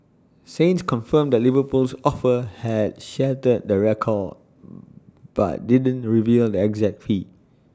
saints confirmed that Liverpool's offer had shattered the record but didn't reveal the exact fee